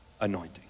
anointing